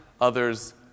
Others